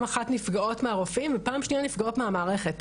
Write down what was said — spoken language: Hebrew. אחת נפגעות מהרופאים ופעם שניה נפגעות מהמערכת.